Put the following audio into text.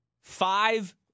five